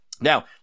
Now